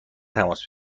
تماس